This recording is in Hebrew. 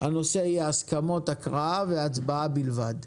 הנושא יהיה הסכמות הקראה והצבעה בלבד.